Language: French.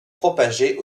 propagée